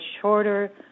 shorter